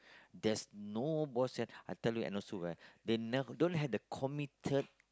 there's no ball sense and I tell you also right they don't have the committed